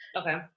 Okay